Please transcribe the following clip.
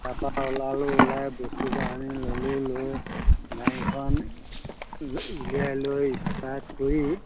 তাৰ পৰা ওলালো ওলাই বস্তু বাহনি ল'লো লৈ গাড়ীখন উলিয়াই লৈ ষ্টাৰ্ট কৰি